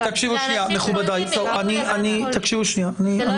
אני הבנתי.